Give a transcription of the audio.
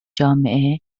جامعه